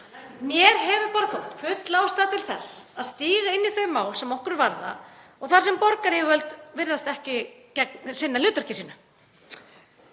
Mér hefur þótt full ástæða til þess að stíga inn í þau mál sem okkur varða, þar sem borgaryfirvöld virðast ekki sinna hlutverki sínu.